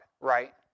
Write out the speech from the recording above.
right